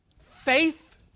Faith